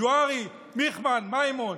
ג'והרי, מיכמן, מימון,